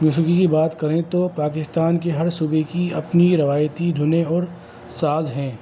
میوسیقی کی بات کریں تو پاکستان کے ہر صوبے کی اپنی روایتی دھنیں اور ساز ہیں